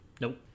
Nope